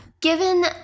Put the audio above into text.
given